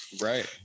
Right